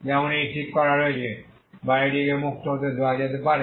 যেমন এটি ঠিক করা হয়েছে বা এটিকে মুক্ত হতে দেওয়া যেতে পারে